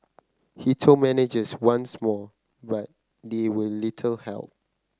he told managers once more but they were little help